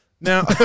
Now